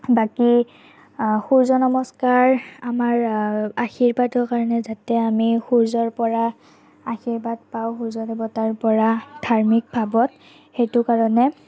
বাকী সূৰ্য নমস্কাৰ আমাৰ আশীৰ্বাদৰ কাৰণে যাতে আমি সূৰ্যৰ পৰা আশীৰ্বাদ পাওঁ সূৰ্য দেৱতাৰ পৰা ধাৰ্মিকভাৱত সেইটো কাৰণে